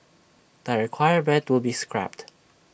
the requirement will be scrapped